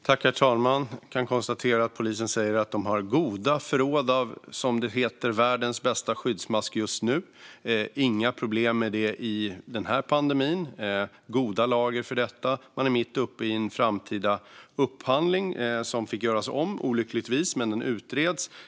Herr talman! Jag kan konstatera att polisen säger att man har goda förråd av, som det heter, världens bästa skyddsmask just nu. Det är inga problem med detta under pandemin; lagren är goda. Man är mitt uppe i arbetet med en framtida upphandling, som olyckligtvis fick göras om men som utreds.